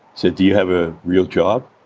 said, do you have a real job?